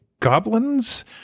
Goblins